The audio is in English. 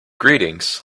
greetings